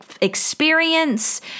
experience